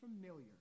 familiar